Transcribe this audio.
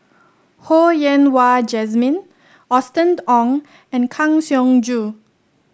Ho Yen Wah Jesmine Austen Ong and Kang Siong Joo